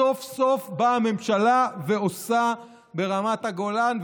סוף-סוף באה הממשלה ועושה ברמת הגולן,